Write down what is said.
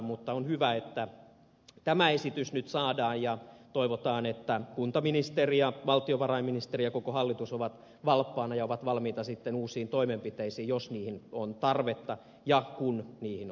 mutta on hyvä että tämä esitys nyt saadaan ja toivotaan että kuntaministeri ja valtiovarainministeri ja koko hallitus ovat valppaina ja ovat valmiita sitten uusiin toimenpiteisiin jos niihin on tarvetta ja kun niihin on tarvetta